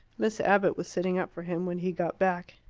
miss abbott was sitting up for him when he got back.